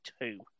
two